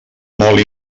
molt